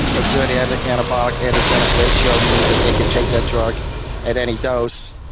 ah good and anabolic-androgenic ratio means that they can take that drug at any dose,